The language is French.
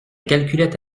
calculette